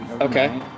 Okay